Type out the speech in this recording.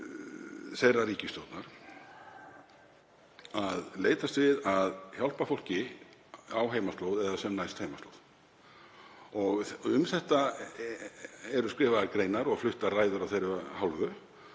þeirrar ríkisstjórnar að leitast við að hjálpa fólki á heimaslóð eða sem næst heimaslóð. Um þetta eru skrifaðar greinar og fluttar ræður af þeirra hálfu.